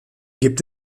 gibt